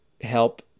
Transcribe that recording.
...help